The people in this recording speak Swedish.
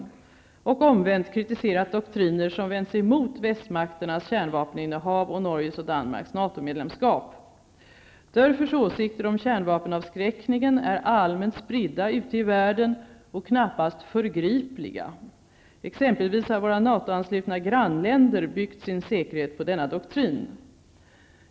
Omvänt har han kritiserat doktriner som vänt sig mot västmakternas kärnvapeninnehav och Norges och Danmarks NATO-medlemskap. Dörfers åsikter om kärnvapenavskräckningen är allmänt spridda ute i världen och knappast förgripliga. Exempelvis har våra NATO-anslutna grannländer byggt sin säkerhet på denna doktrin.